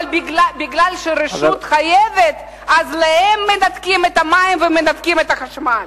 אבל מכיוון שהרשות חייבת אז להם מנתקים את המים ומנתקים את החשמל.